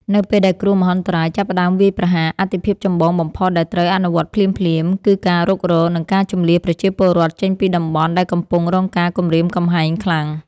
នៅពេលដែលគ្រោះមហន្តរាយចាប់ផ្តើមវាយប្រហារ អាទិភាពចម្បងបំផុតដែលត្រូវអនុវត្តភ្លាមៗ គឺការរុករក និងការជម្លៀសប្រជាពលរដ្ឋចេញពីតំបន់ដែលកំពុងរងការគំរាមកំហែងខ្លាំង។